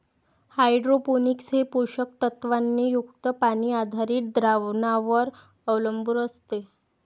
hydroponics हे पोषक तत्वांनी युक्त पाणी आधारित द्रावणांवर अवलंबून असते